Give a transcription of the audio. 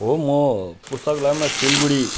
हो म पुस्तकलयमा सिलगढी